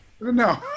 No